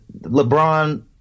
LeBron